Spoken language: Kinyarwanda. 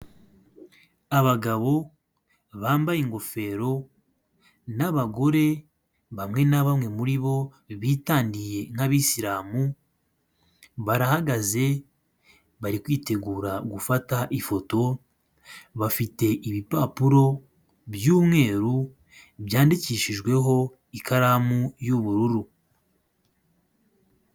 Abagabo bambaye ingofero n'abagore bamwe na bamwe muribo bi bitaye nk'abisilamu barahagaze bari kwitegura gufata ifoto bafite ibipapuro by'umweru byandikishijweho ikaramu y'ubururu.